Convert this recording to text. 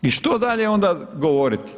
I što dalje onda govoriti?